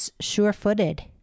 sure-footed